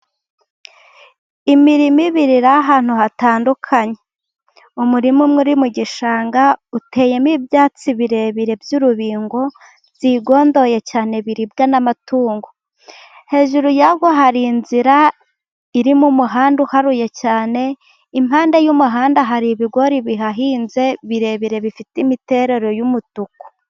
Imirima ibiri iri ahantu hatandukanye, umurima umwe uri mu gishanga uteyemo ibyatsi birebire by'urubingo byigondoye cyane biribwa n'amatungo. Hejuru yawo hari inzira irimo umuhanda uharuye cyane, impande y'umuhanda hari ibigori bihahinze birebire bifite imiterere y'umutuku.